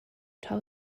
top